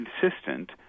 consistent